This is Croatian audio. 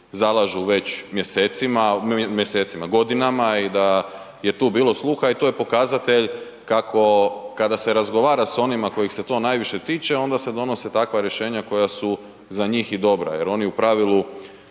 zalažu već mjesecima, mjesecima godinama i da je tu bilo sluha i to je pokazatelj kako kada se razgovara s onima kojih se to najviše tiče onda se donose takva rješenja koja su za njih i dobra jer oni u pravilu